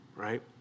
Right